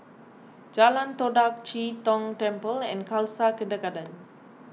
Jalan Todak Chee Tong Temple and Khalsa Kindergarten